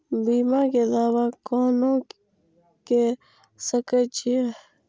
बीमा के दावा कोना के सके छिऐ?